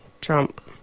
Trump